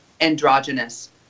androgynous